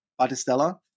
Batistella